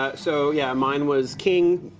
ah so yeah. mine was king,